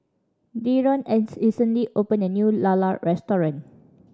Deron recently opened a new lala restaurant